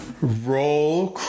Roll